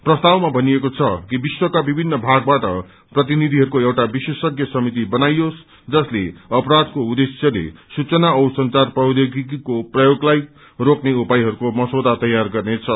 प्रस्तावमा भनिएको छ कि विश्वका विभिन्न भागबाट प्रतिनिधिहरूको एउटा विश्वेषज्ञ समिति बनाइयोस् जसले अपराधको उद्धेश्यले सूचना औ संचार प्रौधोगिकीको प्रयोगलाई रोक्ने उपायहरूको मसौदा तयार गर्नेछ